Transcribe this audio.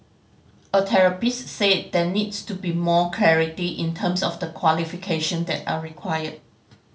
a therapist said there needs to be more clarity in terms of the qualification that are required